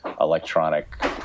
electronic